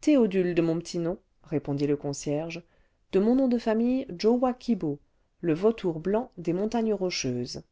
théodule de mon petit nom répondit le concierge de mon nom de famille jowa ki bo le vautour blanc des montagnes rocheuses